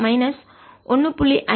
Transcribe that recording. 33 minus 1